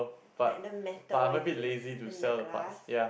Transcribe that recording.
like the metal is it and the glass